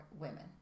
women